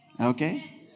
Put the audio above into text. Okay